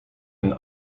een